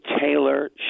Taylor